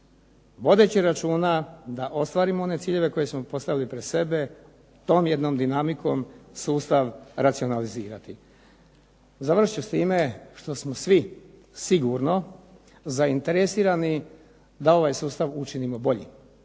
vodeći računa da ostvarimo one ciljeve koje smo postavili pred sebe tom jednom dinamikom sustav racionalizirati. Završit ću s time što smo svi sigurno zainteresirani da ovaj sustav učinimo boljim.